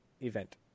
event